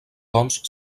doncs